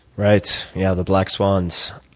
right. yeah, the black swans.